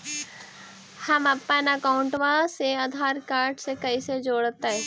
हमपन अकाउँटवा से आधार कार्ड से कइसे जोडैतै?